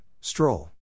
Stroll